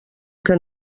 que